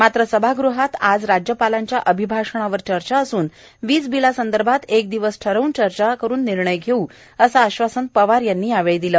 मात्र सभागृहात आज राज्यपालांच्या अभिभाषणावर चर्चा असून वीज बिलासंदर्भात एक दिवस ठरवून चर्चा करुन निर्णय घेऊ असं आश्वासन पवार यांनी यावेळी दिलं